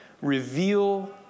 reveal